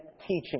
teaching